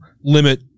limit